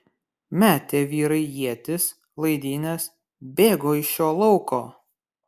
metė vyrai ietis laidynes bėgo iš šio lauko